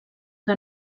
que